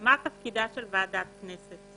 מה תפקידה של ועדה בכנסת.